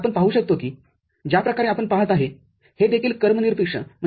आणि आपण पाहू शकतो की ज्या प्रकारे आपण पाहत आहे हे देखील कर्मनिर्पेक्ष आहे